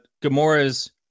Gamora's